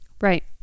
Right